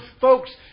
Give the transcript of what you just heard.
Folks